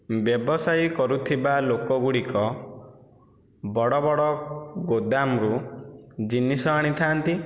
ବ୍ୟବସାୟୀ କରୁଥିବା ଲୋକ ଗୁଡ଼ିକ ବଡ଼ ବଡ଼ ଗୋଦାମରୁ ଜିନିଷ ଆଣିଥାନ୍ତି